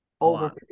over